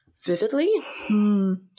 vividly